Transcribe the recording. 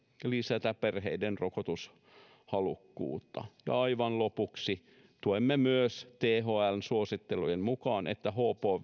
lisätä perheiden rokotushalukkuutta ja aivan lopuksi tuemme thln suosittelujen mukaan myös että